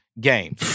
game